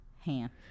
hand